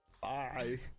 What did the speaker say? Bye